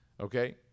Okay